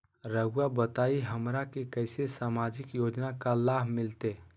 रहुआ बताइए हमरा के कैसे सामाजिक योजना का लाभ मिलते?